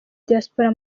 diaspora